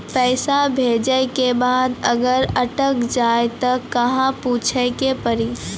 पैसा भेजै के बाद अगर अटक जाए ता कहां पूछे के पड़ी?